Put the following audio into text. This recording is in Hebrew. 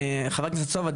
חבר הכנסת סובה,